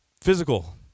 Physical